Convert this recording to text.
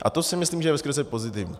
A to si myslím, že je ve skrze pozitivní.